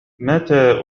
متى